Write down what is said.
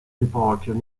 departure